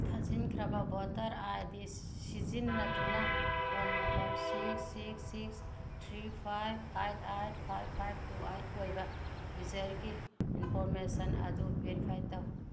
ꯊꯥꯖꯤꯟꯈ꯭ꯔꯕ voter I D ꯁꯤꯖꯤꯟꯅꯗꯨꯅ phone number six six six three five eight eight five five two eight ꯑꯣꯏꯕ ꯌꯨꯖꯔꯒꯤ information ꯑꯗꯨ verify ꯇꯧ